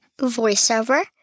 voiceover